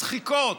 מצחיקות,